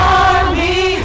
army